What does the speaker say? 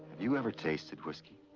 you ever tasted whisky?